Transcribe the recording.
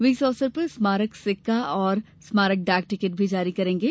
वे इस अवसर पर स्मारक सिक्का और स्मारक डाक टिकट भी जारी करेंगे